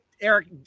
Eric